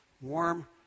Warm